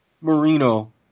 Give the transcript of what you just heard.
Marino